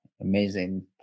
amazing